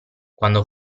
quando